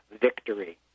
victory